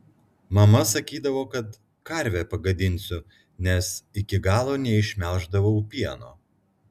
mama sakydavo kad karvę pagadinsiu nes iki galo neišmelždavau pieno